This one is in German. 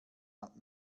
hat